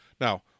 Now